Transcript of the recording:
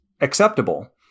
acceptable